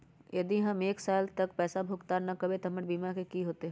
यदि हम एक साल तक पैसा भुगतान न कवै त हमर बीमा के की होतै?